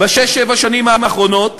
בשש-שבע השנים האחרונות,